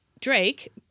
Drake